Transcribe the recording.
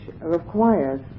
requires